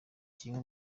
kimwe